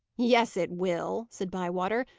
yes, it will, said bywater.